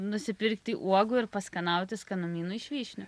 nusipirkti uogų ir paskanauti skanumynų iš vyšnių